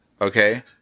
okay